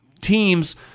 teams